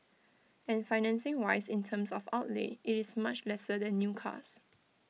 and financing wise in terms of outlay IT is much lesser than new cars